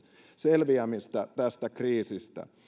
selviämistä tästä kriisistä